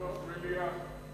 לא, מליאה.